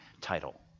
title